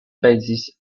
basis